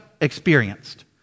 experienced